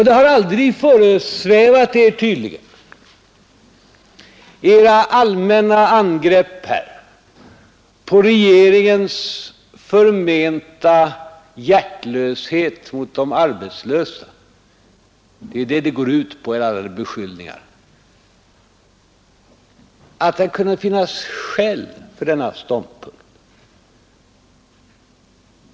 Det har tydligen aldrig föresvävat er i era allmänna angrepp på regeringens förmenta hjärtlöshet mot de arbetslösa — det är vad alla era beskyllningar går ut på — att det kunde finnas skäl för denna ståndpunkt.